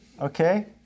okay